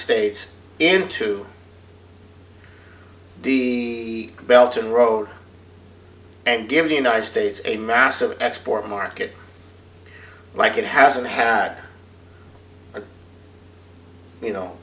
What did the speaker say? states into the belton road and give the united states a massive export market like it hasn't had a you know